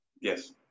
Yes